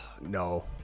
No